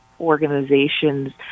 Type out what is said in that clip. organizations